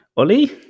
ollie